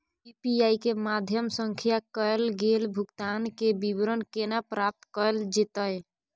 UPI के माध्यम सं कैल गेल भुगतान, के विवरण केना प्राप्त कैल जेतै?